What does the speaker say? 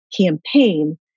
campaign